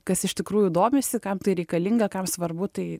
kas iš tikrųjų domisi kam tai reikalinga kam svarbu tai